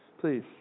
please